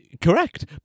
Correct